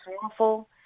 powerful